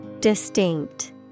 distinct